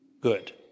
Good